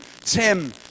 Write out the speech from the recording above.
Tim